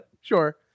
sure